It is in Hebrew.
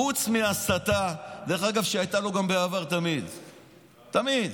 חוץ מהסתה, שהייתה לו גם בעבר תמיד, תמיד,